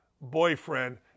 boyfriend